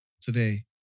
Today